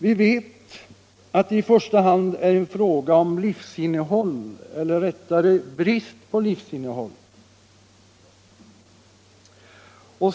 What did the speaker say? Vi vet att det i första hand är en fråga om livsinnehåll eller rättare sagt brist på livsinnehåll.